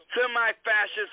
semi-fascist